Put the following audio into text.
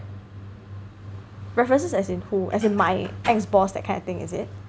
references as in who as in my ex-boss that kind of thing is it